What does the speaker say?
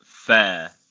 fair